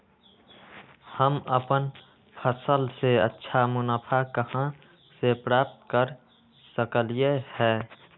हम अपन फसल से अच्छा मुनाफा कहाँ से प्राप्त कर सकलियै ह?